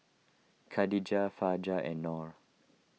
Khadija Fajar and Nor